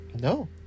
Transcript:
no